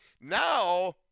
now